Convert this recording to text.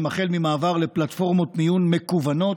מעבר לפלטפורמות מיון מקוונות,